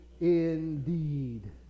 indeed